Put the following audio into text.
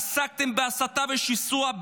עסקתם בהסתה ובשיסוע,